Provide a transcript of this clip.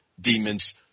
demons